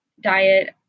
diet